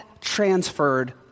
transferred